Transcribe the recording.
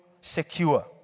secure